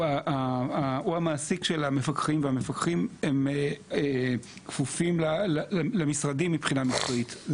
הוא המעסיק של המפקחים והמפקחים הם כפופים למשרדים מבחינה מקצועית.